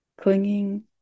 clinging